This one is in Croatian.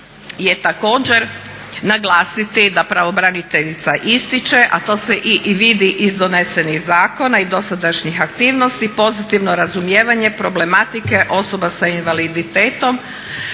je također naglasiti da pravobraniteljica ističe, a to se i vidi iz donesenih zakona i dosadašnjih aktivnosti pozitivno razumijevanje problematike osobe s invaliditetom